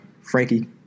Frankie